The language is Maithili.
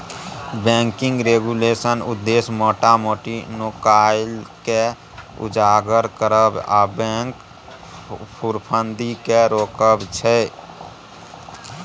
बैंकिंग रेगुलेशनक उद्देश्य मोटा मोटी नुकाएल केँ उजागर करब आ बैंक धुरफंदी केँ रोकब छै